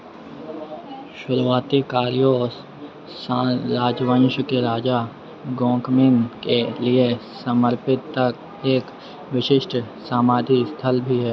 शुरुआती कोर्यो राजवंश के राजा गोंकमिन के लिए समर्पितक एक विशिष्ट समाधि स्थल भी है